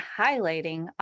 highlighting